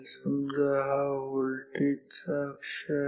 समजा हा व्होल्टेज चा अक्ष आहे